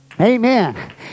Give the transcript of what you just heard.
Amen